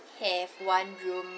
have one room